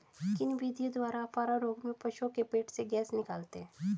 किन विधियों द्वारा अफारा रोग में पशुओं के पेट से गैस निकालते हैं?